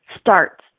starts